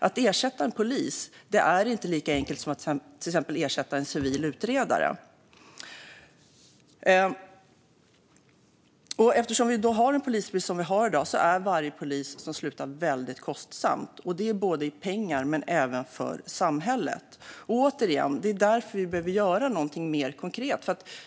Att ersätta en polis är inte lika enkelt som att till exempel ersätta en civil utredare. Eftersom vi har den polisbrist som vi har i dag är det väldigt kostsamt varje gång en polis slutar, både i pengar och för samhället. Det är, återigen, därför vi behöver göra någonting mer konkret.